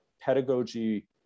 pedagogy